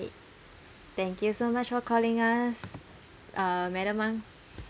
thank you so much for calling us madam ng